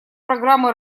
программы